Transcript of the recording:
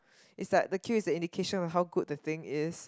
is like the queue is the indication on how good the thing is